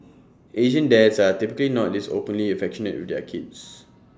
Asian dads are typically not this openly affectionate with their kids